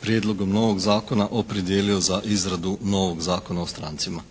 prijedlogom novog zakona opredijelio za izradu novog Zakona o strancima.